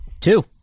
Two